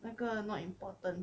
那个 not important